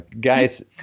guys